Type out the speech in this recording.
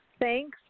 thanks